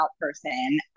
person